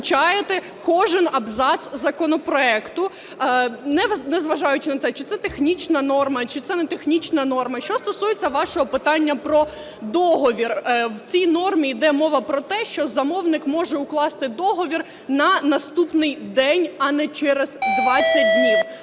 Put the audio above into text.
виключаєте кожен абзац законопроекту, незважаючи на те, чи це технічна норма, чи це не технічна норма. Що стосується вашого питання про договір. В цій нормі йде мова про те, що замовник може укласти договір на наступний день, а не через 20 днів.